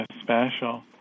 special